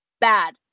bad